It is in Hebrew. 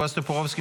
בועז טופורובסקי,